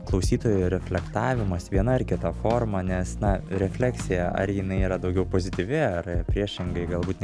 klausytojų reflektavimas viena ar kita forma nes na refleksija ar jinai yra daugiau pozityvi ar priešingai galbūt